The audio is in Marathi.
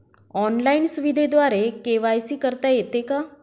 ऑनलाईन सुविधेद्वारे के.वाय.सी करता येते का?